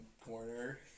corner